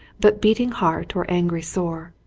but beating heart or angry sore,